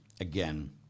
again